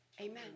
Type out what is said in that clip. Amen